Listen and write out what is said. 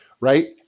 right